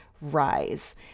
rise